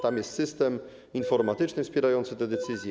Tam jest system informatyczny wspierający te decyzje.